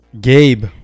gabe